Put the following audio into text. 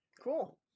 Cool